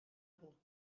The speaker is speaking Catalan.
por